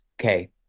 okay